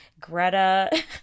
Greta